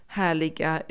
härliga